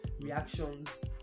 reactions